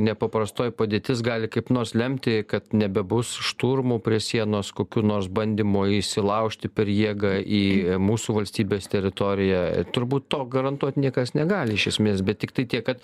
nepaprastoji padėtis gali kaip nors lemti kad nebebus šturmų prie sienos kokių nors bandymo įsilaužti per jėgą į mūsų valstybės teritoriją turbūt to garantuot niekas negali iš esmės bet tiktai tiek kad